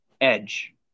Edge